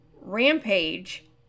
Rampage